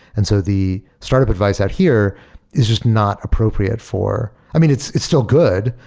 and so the start advice out here is just not appropriate for i mean, it's it's still good,